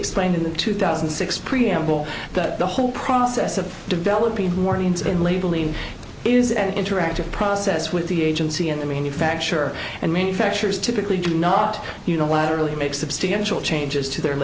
explained in the two thousand and six preamble but the whole process of developing morgan stanley believe is an interactive process with the agency and the manufacturer and manufacturers typically do not unilaterally make substantial changes to their